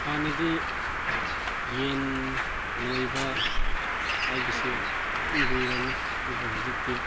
ꯍꯥꯟꯅꯗꯤ ꯌꯦꯟ ꯂꯣꯏꯕ ꯍꯥꯏꯕꯁꯤ ꯌꯥꯝ ꯂꯨꯔꯝꯃꯤ ꯑꯗꯨꯕꯨ ꯍꯧꯖꯤꯛꯇꯤ